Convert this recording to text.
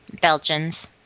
Belgians